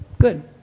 Good